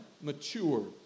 mature